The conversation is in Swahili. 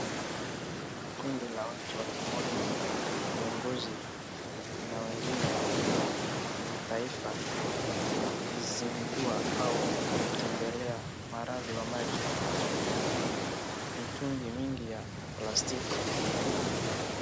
Kundi la watu wakiwemo viongozi na wengine wa kimataifa wakizindua au kutembelea mradi wa maji. Kuna mitungi mingi ya plastiki.